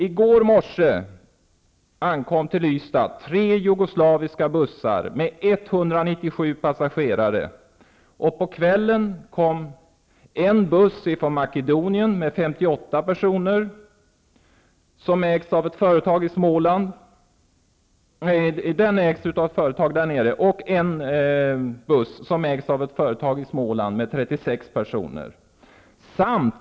I går morse ankom till Ystad tre jugoslaviska bussar med sammanlagt 197 Makedonien med 58 personer. Bussen ägs av ett företag där nere. Det kom en buss med 36 personer.